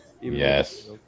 Yes